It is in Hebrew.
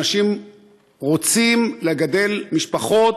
אנשים רוצים לגדל משפחות,